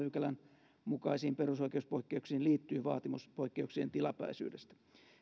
pykälän mukaisiin perusoikeuspoikkeuksiin liittyy vaatimus poikkeuksien tilapäisyydestä